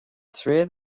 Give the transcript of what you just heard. tréad